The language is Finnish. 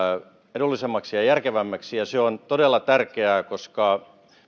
edullisemmaksi ja ja järkevämmäksi ja se on todella tärkeää koska on